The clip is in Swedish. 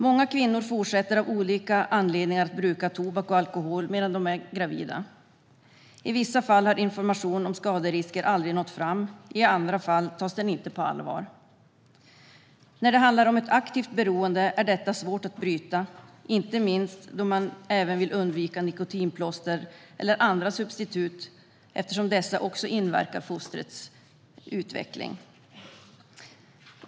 Många kvinnor fortsätter av olika anledningar att bruka tobak och alkohol medan de är gravida. I vissa fall har information om skaderisker aldrig nått fram. I andra fall tas informationen inte på allvar. Ett aktivt beroende är svårt att bryta, inte minst då man även vill undvika nikotinplåster och andra substitut eftersom dessa också inverkar på fostrets utveckling.